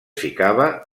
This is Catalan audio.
ficava